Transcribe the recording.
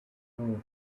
know